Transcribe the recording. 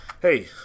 Hey